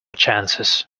chances